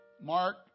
Mark